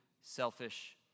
selfish